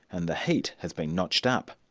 and the heat has been notched up.